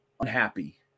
unhappy